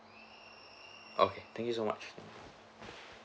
okay thank you so much